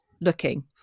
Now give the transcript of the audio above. looking